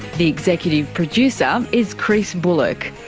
the executive producer is chris bullock,